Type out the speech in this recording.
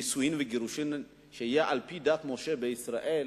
נישואין וגירושין יהיו על-פי דת משה וישראל.